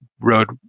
road